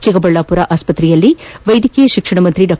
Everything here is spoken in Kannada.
ಚಿಕ್ಕಬಳ್ಳಾಪುರ ಆಸ್ವತ್ರೆಯಲ್ಲಿ ವೈದ್ಯಕೀಯ ಶಿಕ್ಷಣ ಸಚಿವ ಡಾ